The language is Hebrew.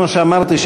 כמו שאמרתי,